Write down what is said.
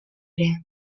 ere